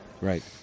Right